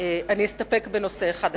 אני אסתפק בנושא אחד,